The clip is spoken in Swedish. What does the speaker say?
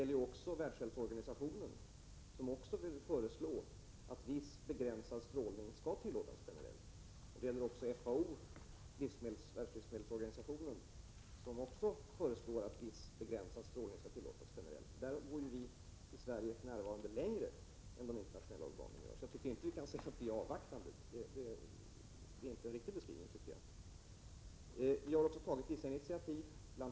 Vi har också WHO, som föreslår att viss begränsad strålning skall tillåtas generellt. Det gäller också FAO, världslivsmedelsorganisationen, som föreslår att viss begränsad strålning skall tillåtas generellt. I Sverige går vi alltså för närvarande längre än de internationella organen, så jag tycker inte att man kan säga att vi är avvaktande — det är inte en riktig beskrivning. Det har också tagits vissa initiativ. Bl.